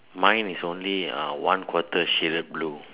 mine is only ah one quarter shaded blue